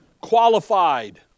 qualified